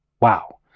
Wow